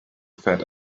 fat